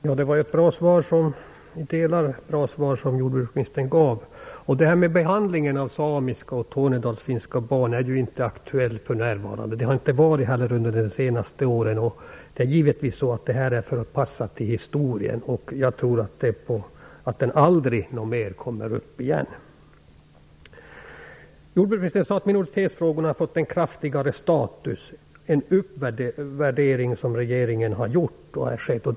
Herr talman! Det var delvis ett bra svar som jordbruksministern gav. Frågan om problemen med behandlingen av samiska och tornedalsfinska barn är inte aktuell för närvarande och har inte heller varit det under de senaste åren. Detta är givetvis något som är förpassat till historien, och jag tror aldrig att frågan kommer upp igen. Jordbruksministern sade att minoritetsfrågorna har fått en höjd status och att regeringen har gjort en uppvärdering av dem.